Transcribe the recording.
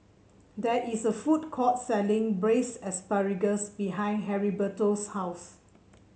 there is a food court selling Braised Asparagus behind Heriberto's house